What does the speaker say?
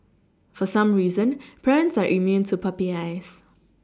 for some reason parents are immune to puppy eyes